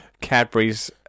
Cadbury's